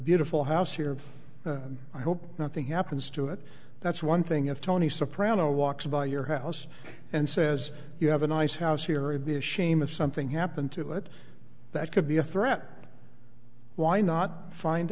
beautiful house here i hope nothing happens to it that's one thing if tony soprano walks by your house and says you have a nice house theory be a shame if something happened to him that could be a threat why not find